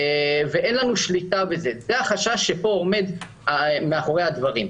אין לנו שליטה בזה וזה החשש שעומד מאחורי הדברים.